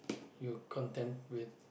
you content with